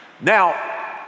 Now